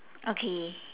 okay